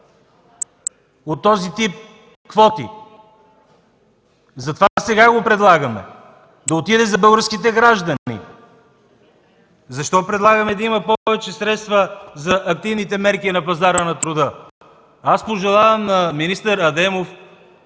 от този тип квоти. Затова го предлагаме сега – да отиде за българските граждани. Защо предлагаме да има повече средства за активните мерки на пазара на труда? Аз пожелавам на министър Адемов